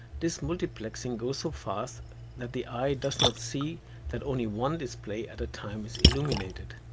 this multiplexing goes so fast that they eye does not see that only one display at a time is illuminated.